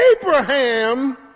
Abraham